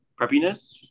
preppiness